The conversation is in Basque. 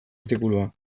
artikulua